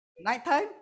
nighttime